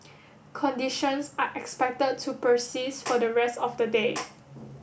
conditions are expected to persist for the rest of the day